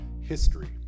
history